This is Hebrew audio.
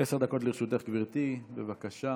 עשר דקות לרשותך, גברתי, בבקשה.